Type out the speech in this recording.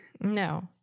No